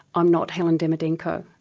i'm not helen demidenko.